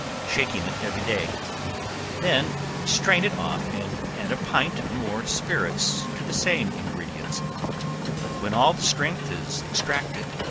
shaking it every day then strain it off and add a pint more spirits to the same ingredients when all the strength is extracted,